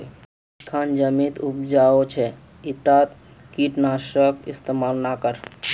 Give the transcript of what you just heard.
इखन जमीन उपजाऊ छ ईटात कीट नाशकेर इस्तमाल ना कर